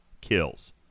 kills